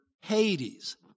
Hades